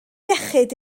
iechyd